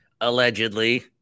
Allegedly